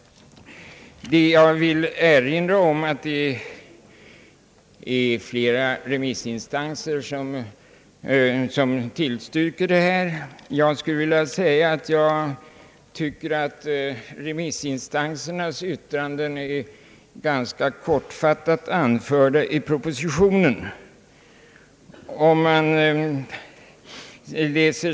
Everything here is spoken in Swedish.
Jag vill erinra om att flera remissinstanser har tillstyrkt detta förslag. Jag tycker att remissinstansernas yttranden = blivit ganska kortfattat refererade i propositionen.